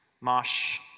Marsh